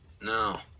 No